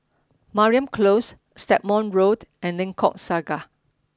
Mariam Close Stagmont Road and Lengkok Saga